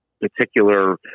particular